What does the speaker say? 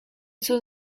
sus